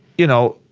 you know,